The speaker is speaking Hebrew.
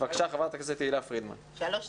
שלוש דקות.